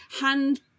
hand